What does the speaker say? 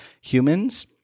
humans